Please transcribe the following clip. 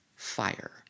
Fire